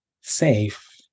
safe